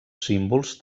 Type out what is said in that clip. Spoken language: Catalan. símbols